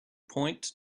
point